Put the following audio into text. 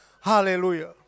Hallelujah